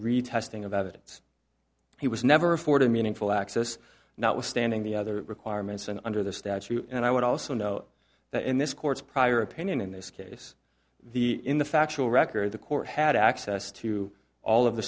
retesting about it he was never afforded meaningful access notwithstanding the other requirements and under the statute and i would also note that in this court's prior opinion in this case the in the factual record the court had access to all of the